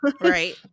right